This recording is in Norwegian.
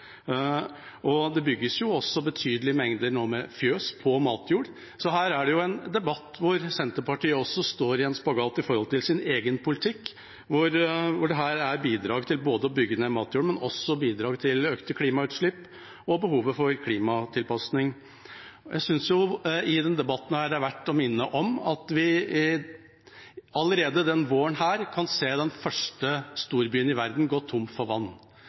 og at det nå bygges betydelige mengder fjøs på matjord, så det er en debatt hvor Senterpartiet står i spagaten i forhold til egen politikk – mellom dette bidraget til å bygge ned matjorda og til økte klimautslipp og behovet for klimatilpasning. Jeg synes at det i debatten er verdt å minne om at vi allerede denne våren kan se den første storbyen i verden gå tom for vann.